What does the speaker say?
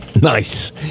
Nice